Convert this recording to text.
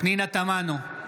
פנינה תמנו,